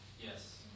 Yes